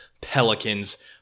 Pelicans